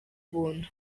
buntu